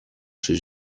chez